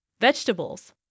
Vegetables